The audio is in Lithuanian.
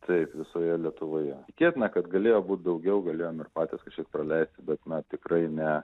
taip visoje lietuvoje tikėtina kad galėjo būt daugiau galėjom ir patys kažkaip praleisti bet na tikrai ne